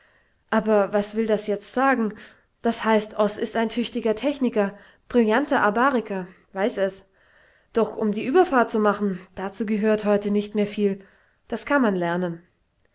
aber was will das jetzt sagen das heißt oß ist ein tüchtiger techniker brillanter abariker weiß es doch um die überfahrt zu machen dazu gehört heute nicht mehr viel das kann man lernen